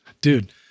Dude